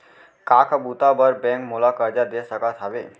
का का बुता बर बैंक मोला करजा दे सकत हवे?